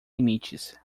limites